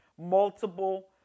multiple